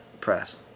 Press